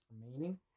remaining